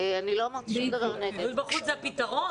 פעילות בחוץ היא הפתרון.